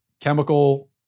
chemical